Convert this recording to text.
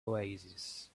oasis